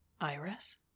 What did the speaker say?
Iris